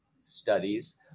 studies